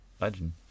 legend